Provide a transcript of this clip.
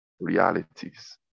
realities